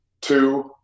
Two